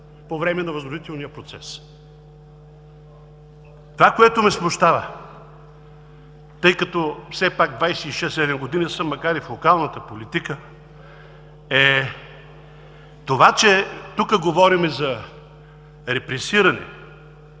по време на възродителния процес. Това, което ме смущава, тъй като все пак 26 - 27 години съм, макар и в локалната политика, е това, че тук говорим за репресиране,